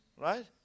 right